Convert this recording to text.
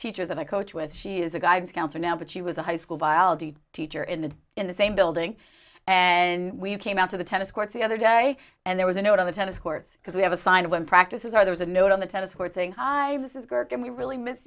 teacher that i coach with she is a guidance counselor now but she was a high school biology teacher in the in the same building and we came out to the tennis courts the other day and there was a note on the tennis courts because we have a sign of one practices are there's a note on the tennis court saying hi this is gurk and we really m